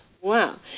Wow